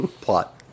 Plot